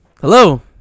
Hello